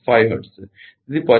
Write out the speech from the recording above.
5 hertz ખરુ ને તેથી R1 એ 0